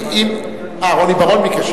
אה, רוני בר-און ביקש?